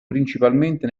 principalmente